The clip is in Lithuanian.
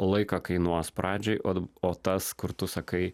laiką kainuos pradžiai o tas kur tu sakai